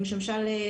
למשל,